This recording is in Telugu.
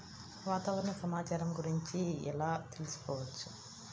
వాతావరణ సమాచారము గురించి ఎలా తెలుకుసుకోవచ్చు?